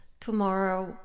tomorrow